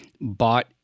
bought